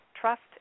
trust